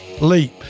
leap